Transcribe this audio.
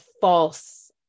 false